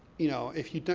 you know, if you,